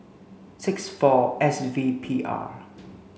six four S V P R